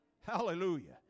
Hallelujah